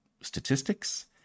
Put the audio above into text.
statistics